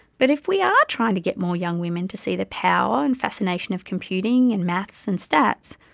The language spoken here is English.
but if we are trying to get more young women to see the power and fascination of computing, and maths and stats,